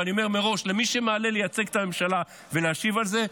ואני אומר מראש למי שיעלה לייצג את הממשלה ולהשיב על זה,